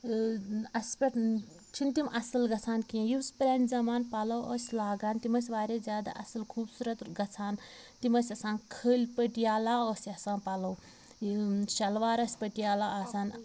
ٲں اسہِ پٮ۪ٹھ چھِنہٕ تِم اصٕل گژھان کیٚنٛہہ یُس پرٛانہِ زَمانہٕ پَلوٚو ٲسۍ لاگان تِم ٲسۍ واریاہ زیادٕ اصٕل خوبصوٗرت گژھان تِم ٲسۍ آسان کھٔلۍ پٔٹیالہ ٲسۍ آسان پَلوٚو یِم شَلوار ٲسۍ پٔٹیالہ آسان